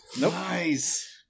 Nice